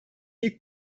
ilk